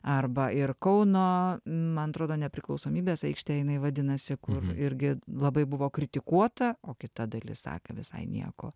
arba ir kauno man atrodo nepriklausomybės aikštė jinai vadinasi kur irgi labai buvo kritikuota o kita dalis sakė visai nieko